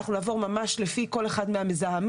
ואנחנו נעבור ממש לפי כל אחד מהמזהמים.